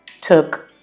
took